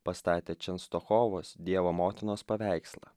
pastatė čenstakavos dievo motinos paveikslą